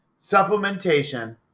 supplementation